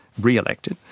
re-elected,